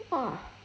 !wah!